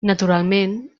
naturalment